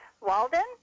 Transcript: Walden